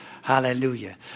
hallelujah